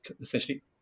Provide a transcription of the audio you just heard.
essentially